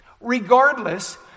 Regardless